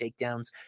takedowns